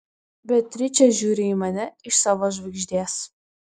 beatričė žiūri į mane iš savo žvaigždės